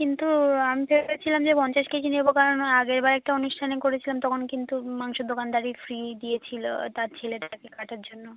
কিন্তু আমি ভেবেছিলাম যে পঞ্চাশ কেজি নেবো কারণ আগেরবার একটা অনুষ্ঠানে করেছিলাম তখন কিন্তু মাংসর দোকানদারই ফ্রি দিয়েছিলো তার ছেলেটাকে কাটার জন্য